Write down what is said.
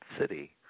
city